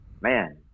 man